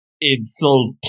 Insult